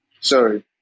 sorry